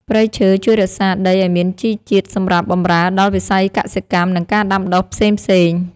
ព្រៃឈើជួយរក្សាដីឱ្យមានជីជាតិសម្រាប់បម្រើដល់វិស័យកសិកម្ម និងការដាំដុះផ្សេងៗ។